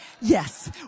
Yes